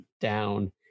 down